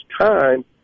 time